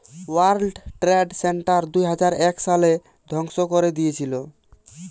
world Trade Center দুইহাজার এক সালে ধ্বংস করে দিয়েছিলো